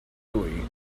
louie